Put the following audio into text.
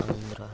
Andhra